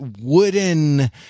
wooden